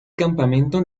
campamento